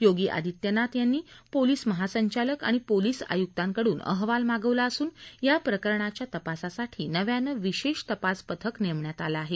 योगी आदित्यनाथ यांनी पोलीस महासंचालक आणि पोलीस आयुकांकडून अहवाल मागवला असून या प्रकरणाच्या तपासासाठी नव्यानं विशेष तपास पथक नेमण्यात आलं आहे